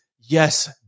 yes